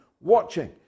watching